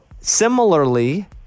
similarly